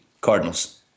Cardinals